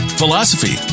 philosophy